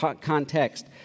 context